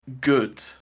good